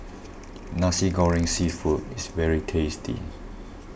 Nasi Goreng Seafood is very tasty